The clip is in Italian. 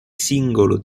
singolo